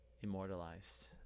immortalized